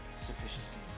sufficiency